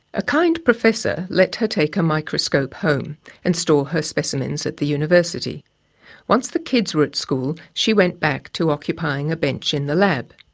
a kind professor let her take a microscope home and store her specimens at the university once the kids were at school, she went back to occupying a bench in the lab.